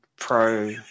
Pro